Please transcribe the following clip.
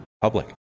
public